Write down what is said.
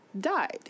died